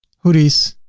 hoodies